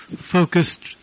focused